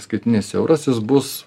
skaitmeninis euras jis bus